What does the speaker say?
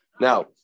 Now